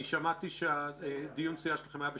אני שמעתי שדיון הסיעה שלכם היה ב-14:30.